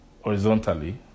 horizontally